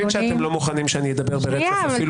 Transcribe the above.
אני מבין שאתם לא מוכנים שאני אדבר ברצף אפילו שלוש דקות.